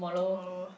tomorrow